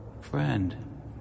friend